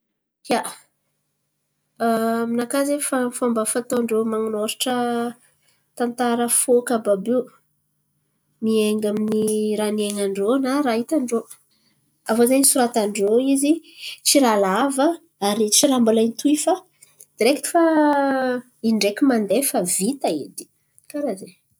Ia, aminakà zen̈y fa fômba fataon-drô manôratra tantara fôhiky àby àby io. Miainga amin'ny raha niain̈an-drô na raha hitan-drô. Aviô zen̈y soratan-drô izy tsy raha lava ary tsy raha mbola hitohy fa direkty fa indraiky mandeha fa vita edy. Karà zen̈y.